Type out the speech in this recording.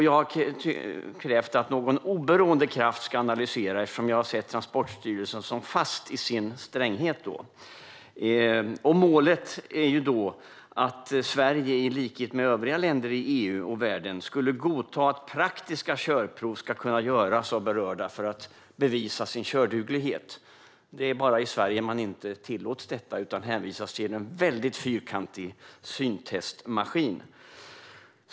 Jag har krävt att någon oberoende kraft ska analysera detta, eftersom jag har sett det som att Transportstyrelsen sitter fast i sin stränghet. Målet är att Sverige i likhet med övriga länder i EU och världen ska godta att praktiska körprov ska kunna göras av berörda för att de ska kunna bevisa sin körduglighet. Det är bara i Sverige som detta inte tillåts. Dessa människor hänvisas i stället till en väldigt fyrkantig syntestmaskin.